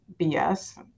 BS